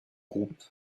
groupe